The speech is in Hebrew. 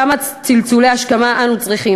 כמה צלצולי השכמה אנו צריכים?